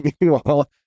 Meanwhile